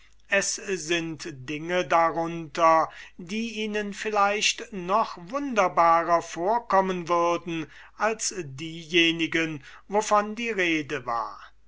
es sind dinge darunter die ihnen vielleicht noch wunderbarer vorkommen würden als diejenigen wovon die rede war